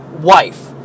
wife